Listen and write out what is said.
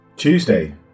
Tuesday